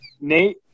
nate